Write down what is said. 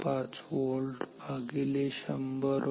5 volt भागिले 100 Ω